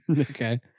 Okay